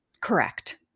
Correct